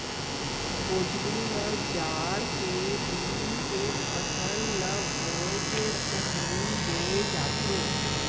भोजली ल जाड़ के दिन के फसल ल बोए के पहिली बोए जाथे